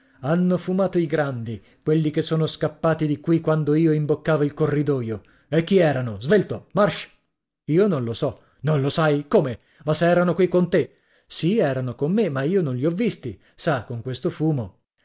hanno fumato i grandi quelli che sono scappati di qui quando io imboccavo il corridoio e chi erano svelto march io non lo so non lo sai come ma se erano qui con te sì erano con me ma io non li ho visti sa con questo fumo